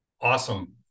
awesome